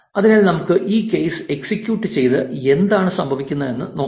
അതിനാൽ നമുക്ക് ഈ കോഡ് എക്സിക്യൂട്ട് ചെയ്ത് എന്താണ് സംഭവിക്കുന്നതെന്ന് നോക്കാം